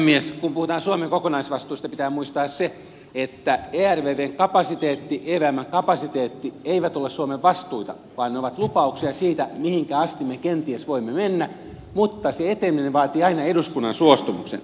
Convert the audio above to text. kun puhutaan suomen kokonaisvastuista pitää muistaa se että ervvn kapasiteetti evmn kapasiteetti eivät ole suomen vastuita vaan ne ovat lupauksia siitä mihinkä asti me kenties voimme mennä mutta se eteneminen vaatii aina eduskunnan suostumuksen